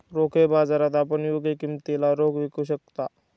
रोखे बाजारात आपण योग्य किमतीला रोखे विकू शकता